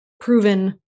proven